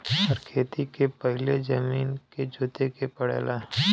हर खेती के पहिले जमीन के जोते के पड़ला